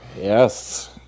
Yes